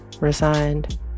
resigned